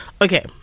Okay